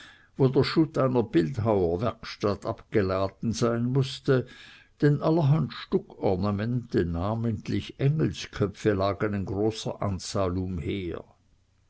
der schutt einer bildhauerwerkstatt abgeladen sein mußte denn allerhand stuckornamente namentlich engelsköpfe lagen in großer zahl umher